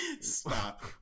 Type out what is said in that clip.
stop